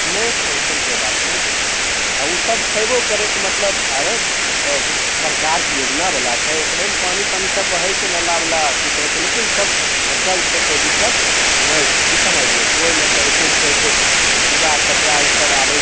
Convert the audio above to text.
नहि नहि अइसन कोइ बात नहि छै आ ओ सब छैबो करै मतलब अरे सरकारके योजना बाला छै ओकरेमे पानि तानि सब बहै छै नाला बाला की कहै छै लेकिन सब ढकल छै कोइ दिक्कत नै छै की समझलियै कोइ मतलब ऐसे जे कहै छै पूरा कचड़ा ई सब आबै